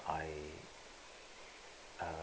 I uh